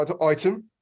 item